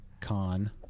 con